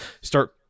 start